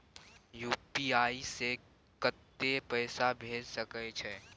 UPI से कत्ते पैसा भेज सके छियै?